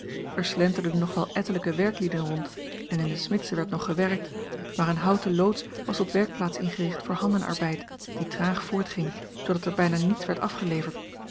er slenterden nog wel ettelijke werklieden rond en in de smidse werd nog gewerkt maar een houten loods was tot werkplaats ingericht voor handenarbeid die traag voortging zoodat er bijna niets werd afgeleverd